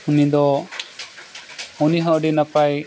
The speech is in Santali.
ᱩᱱᱤ ᱫᱚ ᱩᱱᱤ ᱦᱚᱸ ᱟᱹᱰᱤ ᱱᱟᱯᱟᱭ